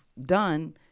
done